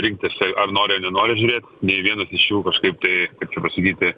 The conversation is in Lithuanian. rinktis ar nori ar nenori žiūrėt nei vienas iš jų kažkaip tai kaip čia pasakyti